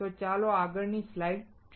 તો ચાલો આગળની સ્લાઇડ જોઈએ